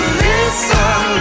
listen